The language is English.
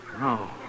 No